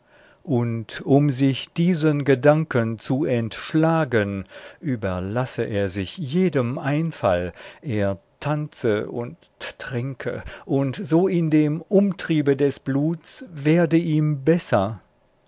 und um sich diesen gedanken zu entschlagen überlasse er sich jedem einfall er tanze und trinke und so in dem umtriebe des bluts werde ihm besser